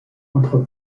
entre